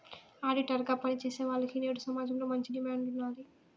auditor గా పని చేసేవాల్లకి నేడు సమాజంలో మంచి డిమాండ్ ఉన్నాది